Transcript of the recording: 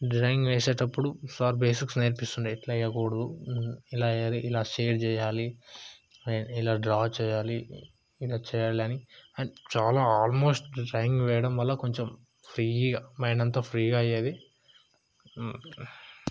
drawing వేసేటప్పుడు sir basics నేర్పిస్తుండే ఇట్లా వేయకూడదు ఇలా వేయాలి ఇలా షేర్ చేయాలి ఇలా డ్రా చేయాలి ఇలా చేయాలి అని అండ్ చాలా ఆల్మోస్ట్ డ్రాయింగ్ వేయడం వల్ల కొంచెం ఫ్రీగా మైండ్ అంతా ఫ్రీగా అయ్యేది